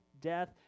death